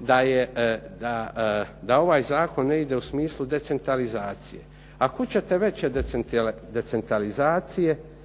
da ovaj zakon ne ide u smislu decentralizacije. A kud ćete veće decentralizacije